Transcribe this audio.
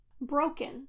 broken